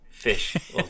fish